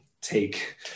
Take